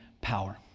power